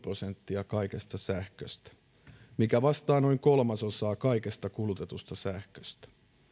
prosenttia kaikesta sähköstä mikä vastaa noin kolmasosaa kaikesta kulutetusta sähköstä